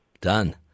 Done